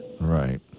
right